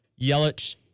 Yelich